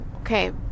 Okay